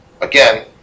Again